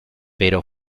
pero